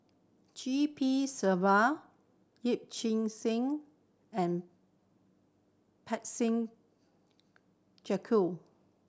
G P Selvam Yee Chia Hsing and Parsick Joaquim